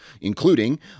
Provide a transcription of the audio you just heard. including